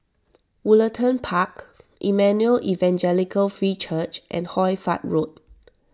Woollerton Park Emmanuel Evangelical Free Church and Hoy Fatt Road